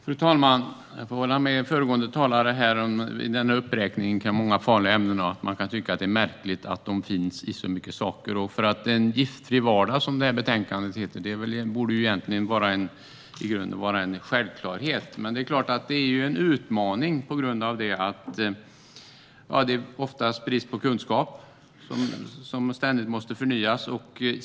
Fru talman! Jag håller med föregående talare när det gäller uppräkningen av farliga ämnen. Man kan tycka att det är märkligt att de finns i så många saker. En giftfri vardag, som det heter i betänkandet, borde egentligen vara en självklarhet i grunden, men det är en utmaning, ofta på grund av brist på kunskap, som ständigt måste förnyas.